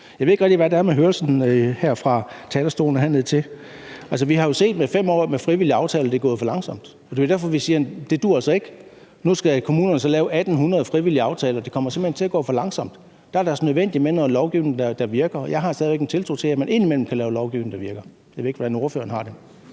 sker med hørelsen fra talerstolen og ned hertil. Vi har jo i 5 år med frivillige aftaler set, at det er gået for langsomt, og det er jo derfor, vi siger, at det altså ikke duer. Nu skal kommunerne så lave 1800 frivillige aftaler. Det kommer simpelt hen til at gå for langsomt. Der er det altså nødvendigt med noget lovgivning, der virker, og jeg har stadig væk en tiltro til, at man indimellem kan lave lovgivning, der virker – jeg ved ikke, hvordan ordføreren har det